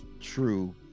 true